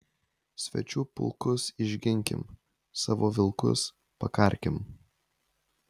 svečių pulkus išginkim savo vilkus pakarkim